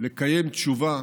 לקיים תשובה